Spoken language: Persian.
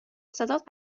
صدات